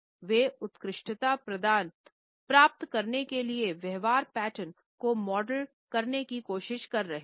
वे उत्कृष्टता प्राप्त करने के लिए व्यवहार पैटर्न को मॉडल करने की कोशिश कर रहे थे